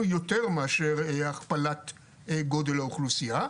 דרך אגב יותר מאשר הכפלת גודל האוכלוסייה.